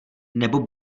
nebo